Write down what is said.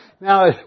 Now